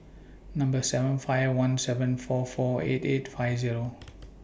Number seven five one seven four four eight eight five Zero